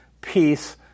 Peace